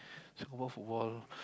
Singapore football